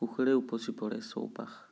সুখেৰে উপচি পৰে চৌপাশ